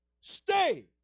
Stay